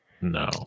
No